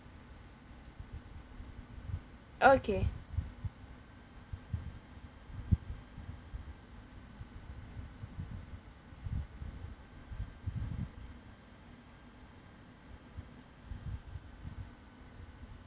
okay